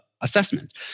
assessment